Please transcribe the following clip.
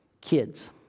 kids